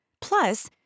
Plus